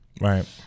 Right